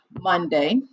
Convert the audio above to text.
Monday